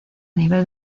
nivel